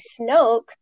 Snoke